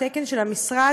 התקן של המשרד,